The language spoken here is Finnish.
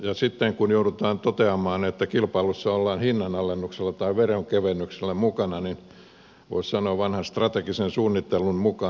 ja sitten kun joudutaan toteamaan että kilpailussa ollaan hinnanalennuksella tai veronkevennyksellä mukana niin voisi sanoa vanhan strategisen suunnittelun mukaan